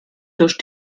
durch